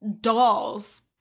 dolls